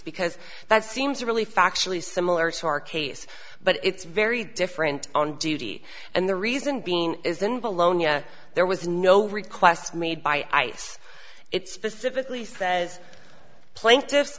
because that seems really factually similar to our case but it's very different on duty and the reason being isn't below nya there was no request made by ice it specifically says pla